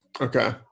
Okay